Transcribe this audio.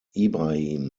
ibrahim